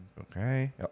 okay